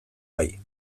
bai